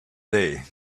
day